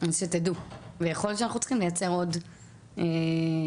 עזבתי את תל אביב והמשכתי את החיים, אבל חזרתי